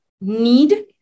need